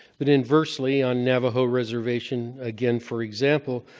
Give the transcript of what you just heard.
but inversely, on navajo reservation, again, for example,